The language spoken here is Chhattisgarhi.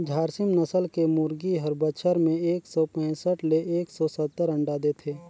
झारसीम नसल के मुरगी हर बच्छर में एक सौ पैसठ ले एक सौ सत्तर अंडा देथे